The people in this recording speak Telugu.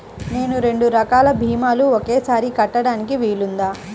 నేను రెండు రకాల భీమాలు ఒకేసారి కట్టడానికి వీలుందా?